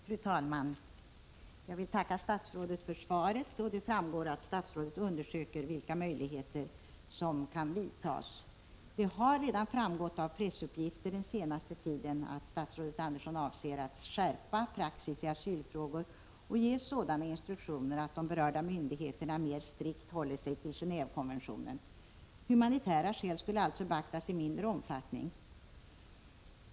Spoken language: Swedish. Fru talman! Jag vill tacka statsrådet för svaret. Det framgår att statsrådet undersöker vilka åtgärder som kan vidtas. Det har redan framgått av pressuppgifter den senaste tiden att statsrådet Andersson avser att skärpa praxis i asylfrågor och ge de berörda myndigheterna instruktioner att mera strikt hålla sig till Gen&vekonventionen. Humanitära skäl skulle alltså 61 beaktas i mindre omfattning.